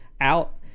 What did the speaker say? out